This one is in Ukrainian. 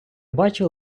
бачу